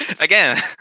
Again